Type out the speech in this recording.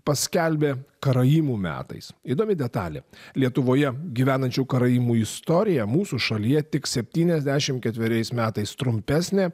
paskelbė karaimų metais įdomi detalė lietuvoje gyvenančių karaimų istorija mūsų šalyje tik septyniasdešim ketveriais metais trumpesnė